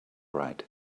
right